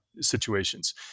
situations